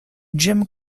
jim